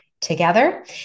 together